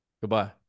Goodbye